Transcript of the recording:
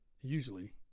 usually